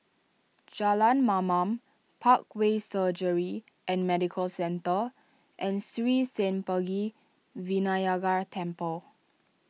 Jalan Mamam Parkway Surgery and Medical Centre and Sri Senpaga Vinayagar Temple